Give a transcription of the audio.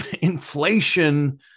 inflation